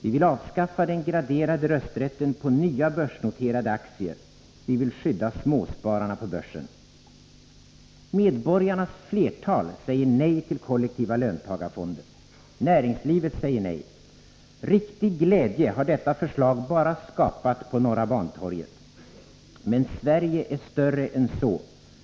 Vi vill avskaffa den graderade rösträtten på nya börsnoterade aktier. Vi vill skydda småspararna på börsen. Medborgarnas flertal säger nej till kollektiva löntagarfonder. Näringslivet säger nej. Riktig glädje har detta förslag bara skapat på Norra Bantorget. Men Sverige är större än så,